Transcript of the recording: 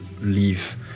leave